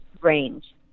range